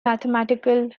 mathematical